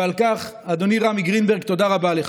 ועל כך, אדוני רמי גרינברג, תודה רבה לך.